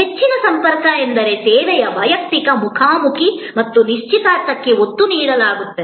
ಹೆಚ್ಚಿನ ಸಂಪರ್ಕ ಎಂದರೆ ಸೇವೆಯ ವೈಯಕ್ತಿಕ ಮುಖಾಮುಖಿ ಮತ್ತು ನಿಶ್ಚಿತಾರ್ಥಕ್ಕೆ ಒತ್ತು ನೀಡಲಾಗುತ್ತದೆ